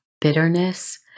bitterness